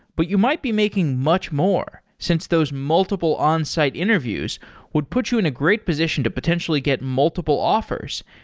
but you might be making much more since those multiple onsite interviews would put you in a great position to potentially get multiple offers,